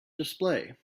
display